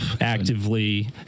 actively